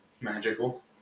magical